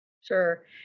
Sure